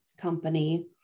company